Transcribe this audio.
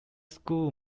school